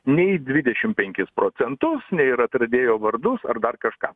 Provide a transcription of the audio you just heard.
nei į dvidešim penkis procentus nei ir atradėjo vardus ar dar kažką